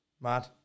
mad